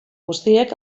guztiek